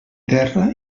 terra